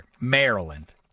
Maryland